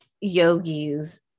yogis